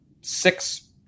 six